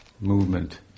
movement